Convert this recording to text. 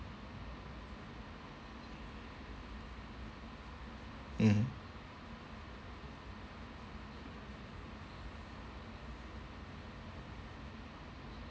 mmhmm